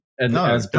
No